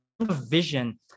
Vision